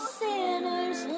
sinners